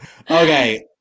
okay